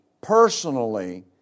personally